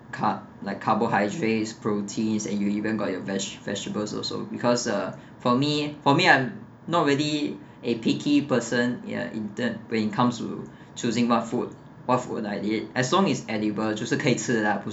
car~ like carbohydrates proteins and you even got your vege~ vegetables also because uh for me for me I'm not really a picky person ya in term when it comes to choosing what food what food I eat as long is edible 就是可以吃 lah